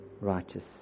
righteous